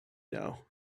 know